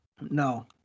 No